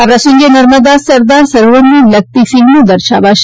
આ પ્રસંગે નર્મદા સરદાર સરોવરને લગતી ફિલ્મો દર્શાવાશે